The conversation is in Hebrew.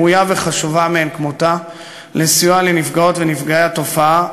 ראויה וחשובה מאין כמותה לסיוע לנפגעות ולנפגעי התופעה.